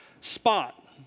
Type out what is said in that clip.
spot